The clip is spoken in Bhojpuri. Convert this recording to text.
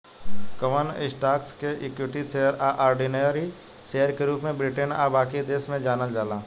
कवन स्टॉक्स के इक्विटी शेयर आ ऑर्डिनरी शेयर के रूप में ब्रिटेन आ बाकी देश में जानल जाला